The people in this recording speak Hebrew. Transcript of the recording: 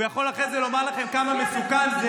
הוא יכול אחרי זה לומר לכם כמה מסוכן זה